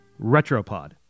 Retropod